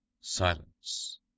Silence